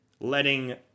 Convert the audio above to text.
letting